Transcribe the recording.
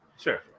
sure